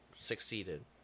succeeded